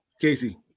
Casey